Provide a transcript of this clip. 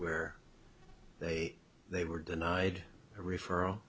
where they they were denied a referral